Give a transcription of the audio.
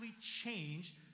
change